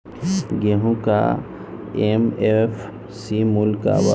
गेहू का एम.एफ.सी मूल्य का बा?